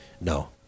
No